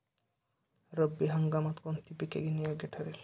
रब्बी हंगामात कोणती पिके घेणे योग्य ठरेल?